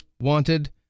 wanted